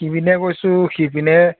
ইপিনে গৈছোঁ সিপিনে